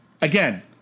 again